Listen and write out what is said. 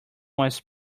was